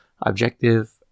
objective